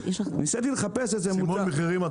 ניסיתי לחפש איזה מוצר --- סימון מחירים,